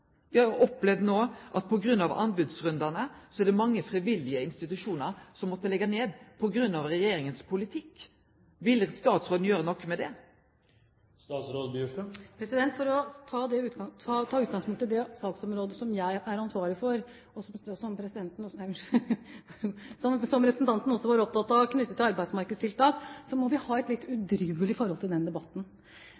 har jo opplevd no at på grunn av anbodsrundane er det mange frivillige institusjonar som har måtta leggje ned, på grunn av regjeringas politikk. Vil statsråden gjere noko med det? For å ta utgangspunkt i det saksområdet som jeg er ansvarlig for, og som representanten også var opptatt av, knyttet til arbeidsmarkedstiltak, må vi ha et litt